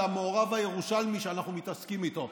המעורב הירושלמי שאנחנו מתעסקים איתו.